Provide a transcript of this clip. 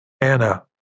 Anna